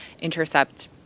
intercept